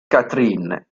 catherine